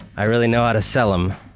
i really know how to sell them.